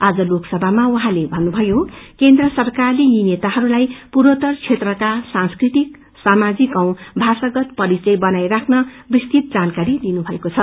आज लोकसीमा उहाँले भन्नुभयो केनद्र सरकारले यी नेताहरूलाई पूर्वोतर क्षेत्रको सांस्कृतिक सामाजिक औ भाषागत परिचय बचाई राख्न विस्तृत जानकारी दिइएको छ